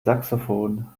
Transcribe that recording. saxophon